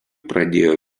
pradėjo